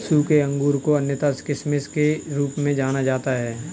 सूखे अंगूर को अन्यथा किशमिश के रूप में जाना जाता है